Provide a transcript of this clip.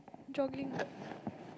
jogging